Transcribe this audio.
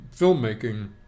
filmmaking